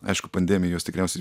aišku pandemija juos tikriausiai